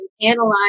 analyze